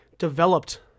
developed